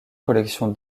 collection